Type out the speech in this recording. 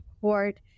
court